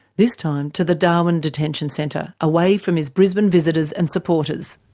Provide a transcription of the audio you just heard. this time to the darwin detention centre, away from his brisbane visitors and supporters.